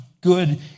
good